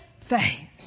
faith